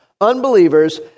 Unbelievers